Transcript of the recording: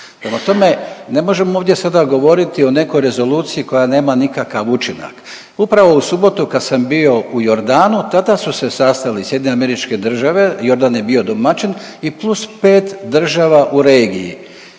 tome, ne možemo ovdje sada govoriti o nekoj rezoluciji koja nema nikakav učinak. Upravo u subotu kad sam bio u Jordanu tada su se sastajali SAD, Jordan je bio domaćin i plus 5 država u regiji,